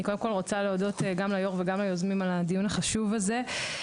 אני קודם כל רוצה להודות גם ליו"ר וגם ליוזמים על הדיון החשוב הזה.